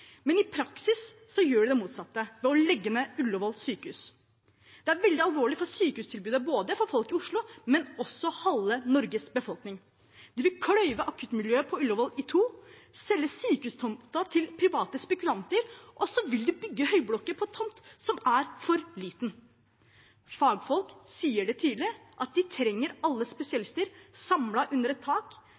men i praksis gjør de det motsatte ved å legge ned Ullevål sykehus. Det er veldig alvorlig for ikke bare sykehustilbudet for folk i Oslo, men også for halve Norges befolkning. De vil kløyve akuttmiljøet på Ullevål i to, selge sykehustomten til private spekulanter, og så vil de bygge høyblokker på en tomt som er for liten. Fagfolk sier tydelig at de trenger alle spesialister samlet under ett tak,